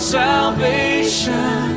salvation